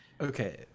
Okay